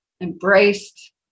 embraced